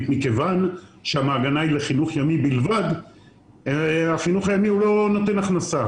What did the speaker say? מכיוון שהמעגנה היא לחינוך ימי בלבד והחינוך הימי לא נותן הכנסה.